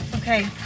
Okay